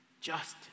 justice